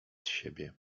siebie